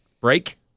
break